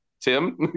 Tim